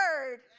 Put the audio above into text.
word